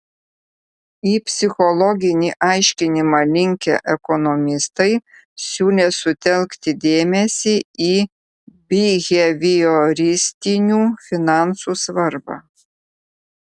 į psichologinį aiškinimą linkę ekonomistai siūlė sutelkti dėmesį į bihevioristinių finansų svarbą